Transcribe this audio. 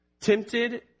tempted